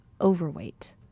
overweight